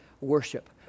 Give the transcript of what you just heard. worship